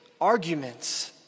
arguments